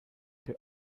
they